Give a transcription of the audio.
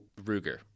Ruger